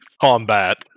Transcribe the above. combat